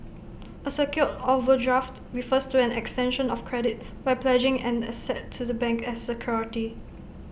A secured overdraft refers to an extension of credit by pledging an asset to the bank as security